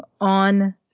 on